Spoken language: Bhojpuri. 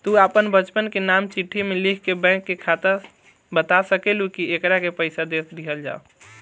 तू आपन बच्चन के नाम चिट्ठी मे लिख के बैंक के बाता सकेलू, कि एकरा के पइसा दे दिहल जाव